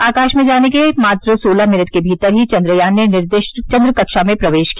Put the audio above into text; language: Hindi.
आकाश में जाने के मात्र सोलह मिनट के भीतर ही चंद्रयान ने निर्दिष्ट चंद्र कक्षा में प्रवेश किया